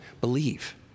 believe